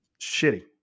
shitty